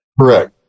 Correct